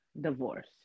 divorce